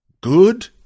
Good